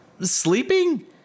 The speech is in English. sleeping